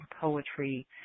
poetry